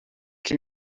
qui